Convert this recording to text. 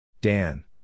Dan